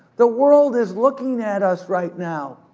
the world is looking at us right now.